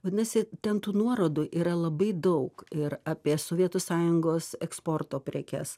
vadinasi ten tų nuorodų yra labai daug ir apie sovietų sąjungos eksporto prekes